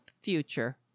future